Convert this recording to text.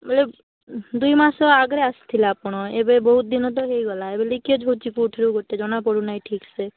ବେଳେ ଦୁଇମାସ ଆଗରେ ଆସିଥିଲେ ଆପଣ ଏବେ ବହୁତ ଦିନ ତ ହେଇ ଗଲା ଏବେ ଲିକେଜ୍ ହେଉଛି କେଉଁଥିରୁ ଗୋଟେ ଜଣା ପଡ଼ୁନାହିଁ ଠିକ୍ ସେ